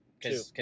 Two